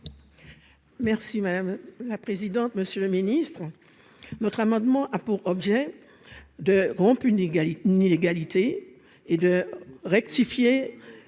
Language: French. Merci madame la présidente, monsieur le Ministre notre amendement a pour objet de une égalité ni l'égalité et de rectifier